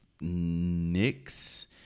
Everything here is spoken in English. Knicks